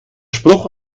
spruch